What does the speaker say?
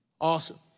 Awesome